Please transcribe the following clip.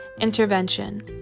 intervention